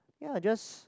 ya just